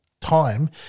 time